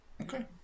Okay